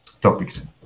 topics